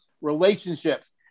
relationships